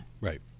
Right